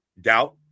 doubt